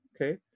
okay